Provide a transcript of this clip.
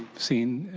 seen